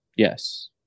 Yes